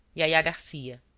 yaya garcia.